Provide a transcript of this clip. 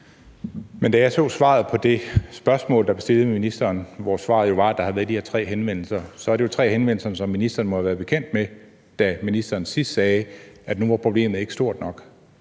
Men jeg så svaret på det spørgsmål, der blev stillet til ministeren, og der var svaret jo, at der havde været de her tre henvendelser. Så det er jo tre henvendelser, som ministeren må have været bekendt med, da ministeren sidst sagde, at problemet ikke var stort nok.